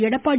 Edappadi